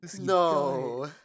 No